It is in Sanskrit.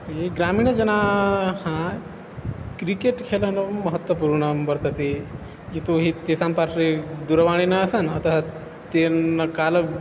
ये ग्रामीणजनाः क्रिकेट् खेलनं महत्त्वपूर्णं वर्तते यतोहि तेषां पार्श्वे दूरवाणी न आसन् अतः तेन कालं